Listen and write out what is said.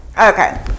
okay